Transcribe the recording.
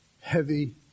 heavy